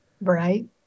Right